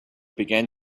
began